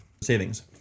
savings